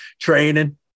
training